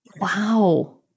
Wow